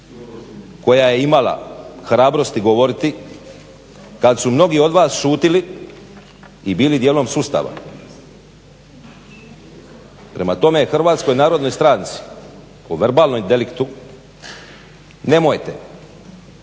koja je imala hrabrosti govoriti kad su mnogi od vas šutjeli i bili dijelom sustava. Prema tome, HNS-u o verbalnom deliktu nemojte